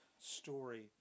story